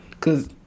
cause